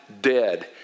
dead